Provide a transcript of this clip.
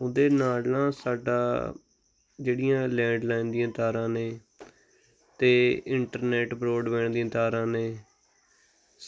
ਉਹਦੇ ਨਾਲ ਨਾ ਸਾਡਾ ਜਿਹੜੀਆਂ ਲੈਂਡਲਾਈਨ ਦੀਆਂ ਤਾਰਾਂ ਨੇ ਅਤੇ ਇੰਟਰਨੈਟ ਬਰੋਡ ਬੈਂਡ ਦੀਆਂ ਤਾਰਾਂ ਨੇ